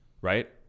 Right